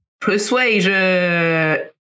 Persuasion